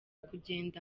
kugenda